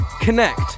connect